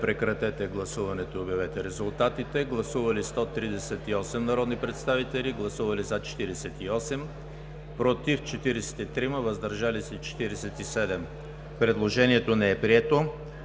Прекратете гласуването и обявете резултата. Гласували 143 народни представители: за 105, против 38, въздържали се няма. Предложението е прието.